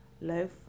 Life